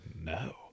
no